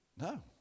no